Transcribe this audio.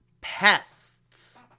Pests